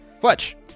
Fletch